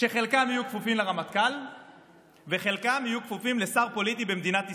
שחלקם יהיו כפופים לרמטכ"ל וחלקם יהיו כפופים לשר פוליטי במדינת ישראל.